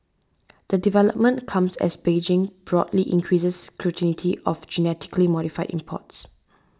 the development comes as Beijing broadly increases scrutiny of genetically modified imports